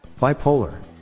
Bipolar